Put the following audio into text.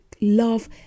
love